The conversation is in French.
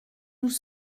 nous